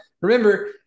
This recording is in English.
remember